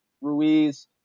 Ruiz